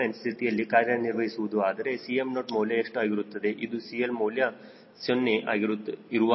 657 ಸ್ಥಿತಿಯಲ್ಲಿ ಕಾರ್ಯನಿರ್ವಹಿಸುವುದು ಆದರೆ Cm0 ಮೌಲ್ಯ ಎಷ್ಟು ಆಗಿರುತ್ತದೆ ಇದು CL ಮೌಲ್ಯ 0 ಇರುವಾಗ